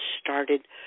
started